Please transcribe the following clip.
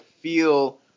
feel